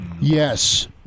Yes